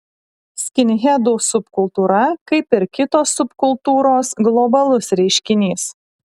skinhedų subkultūra kaip ir kitos subkultūros globalus reiškinys